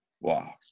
Wow